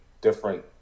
different